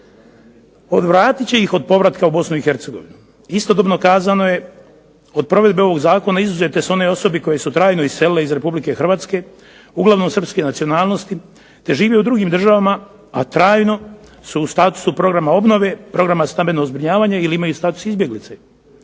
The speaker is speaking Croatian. odvratit će ih od povratka u Bosnu i Hercegovinu. Istodobno kazano je od provedbe ovog zakona izuzete su one osobe koje su trajno iselile iz Republike Hrvatske uglavnom Srpske nacionalnosti te žive u drugim državama, a trajno su u statusu programa obnove, programa stalnog zbrinjavanja ili imaju status izbjeglice.